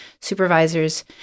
supervisors